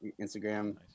Instagram